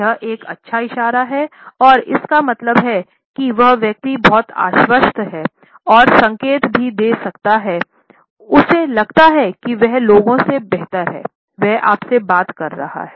यह एक अच्छा इशारा है और इसका मतलब है कि वह व्यक्ति बहुत आश्वस्त है और यह संकेत भी दे सकता है कि उसे लगता है कि वह लोगों से बेहतर है वह आपसे बात कर रहा है